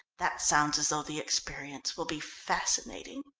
that sounds as though the experience will be fascinating.